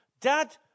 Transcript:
dad